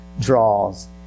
draws